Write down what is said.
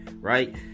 right